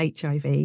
HIV